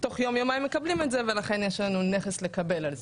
בתוך יום-יומיים מקבלים את זה ולכן יש לנו נכס לקבל על זה.